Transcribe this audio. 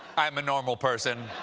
i'm a normal person.